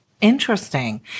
Interesting